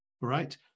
Right